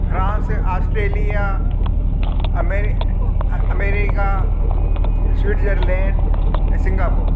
France Australia अमेरि America Switzerland ऐं Singapore